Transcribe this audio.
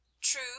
True